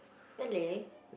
really